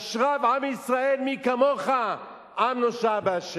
אשריו עם ישראל, מי כמוך עם נושע בה'